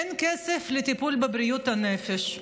אין כסף לטיפול בבריאות הנפש.